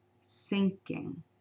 Sinking